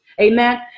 Amen